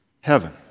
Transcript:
heaven